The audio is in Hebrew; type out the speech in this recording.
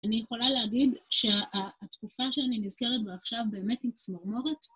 אני יכולה להגיד שהתקופה שאני נזכרת בה עכשיו באמת היא צמרמורת.